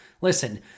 Listen